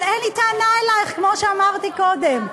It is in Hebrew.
אבל אין לי טענה אלייך, כמו שאמרתי קודם.